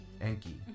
enki